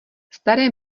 staré